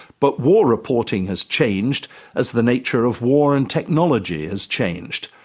but war reporting has changed as the nature of war and technology has changed.